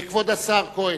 כבוד השר כהן,